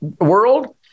world